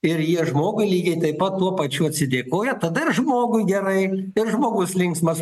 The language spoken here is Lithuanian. ir jie žmogui lygiai taip pat tuo pačiu atsidėkoja tada ir žmogui gerai ir žmogus linksmas